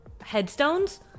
headstones